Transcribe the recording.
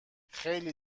خیلی